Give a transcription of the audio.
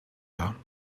war